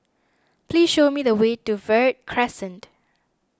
please show me the way to Verde Crescent